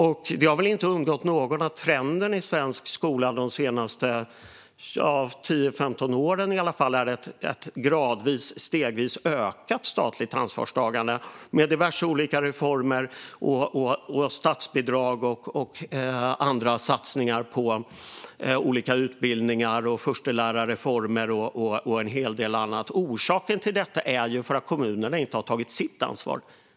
Det har väl inte undgått någon att trenden i svensk skola de senaste 10-15 åren är ett gradvis och stegvis ökat statligt ansvarstagande genom diverse olika reformer, statsbidrag och andra satsningar på olika utbildningar, förstelärarreformer och en hel del annat. Orsaken till detta är att kommunerna inte har tagit sitt ansvar.